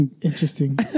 Interesting